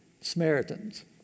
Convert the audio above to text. Samaritans